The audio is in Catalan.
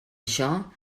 això